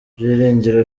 byiringiro